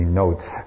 notes